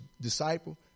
disciple